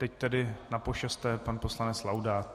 Teď tedy napošesté pan poslanec Laudát.